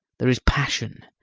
there is passion,